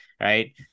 Right